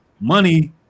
money